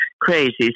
crazy